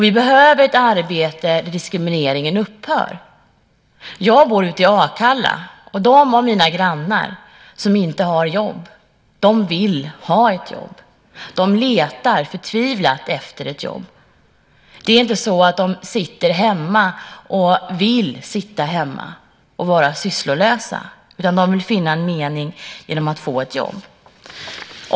Vi behöver ett arbete för att diskrimineringen ska upphöra. Jag bor ute i Akalla. De av mina grannar som inte har jobb vill ha ett jobb. De letar förtvivlat efter ett jobb. Det är inte så att de sitter hemma och vill sitta hemma och vara sysslolösa, utan de vill finna en mening genom att få ett jobb.